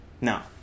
Now